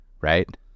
Right